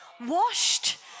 washed